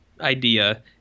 idea